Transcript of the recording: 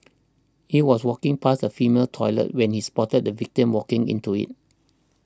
he was walking past a female toilet when he spotted the victim walking into it